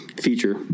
feature